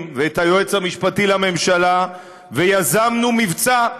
ואת היועץ המשפטי לממשלה ויזמנו מבצע.